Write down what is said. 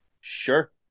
Sure